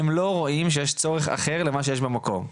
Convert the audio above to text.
הם לא רואים שיש צורך אחר למה שיש במקור,